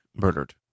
murdered